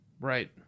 Right